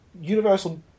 Universal